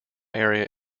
area